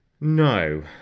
No